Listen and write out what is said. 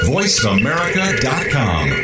VoiceAmerica.com